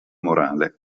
morale